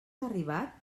arribat